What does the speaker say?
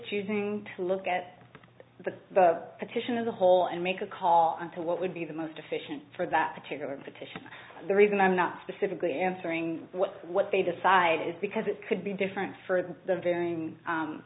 choosing to look at the petition as a whole and make a call into what would be the most efficient for that particular petition the reason i'm not specifically answering what they decided is because it could be different for the v